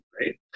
Right